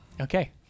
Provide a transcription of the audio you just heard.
Okay